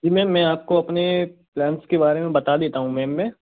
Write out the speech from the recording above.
जी ma'am मैं आपको अपने प्लेन्स के बारे में बता देता हूँ मैम मैं